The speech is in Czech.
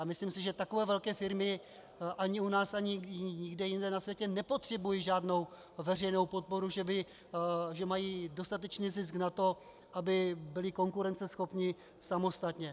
Myslím si, že takové velké firmy ani u nás, ani nikde jinde na světě nepotřebují žádnou veřejnou podporu, že mají dostatečný zisk na to, aby byly konkurenceschopné samostatně.